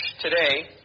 today